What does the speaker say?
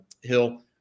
Hill